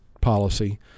policy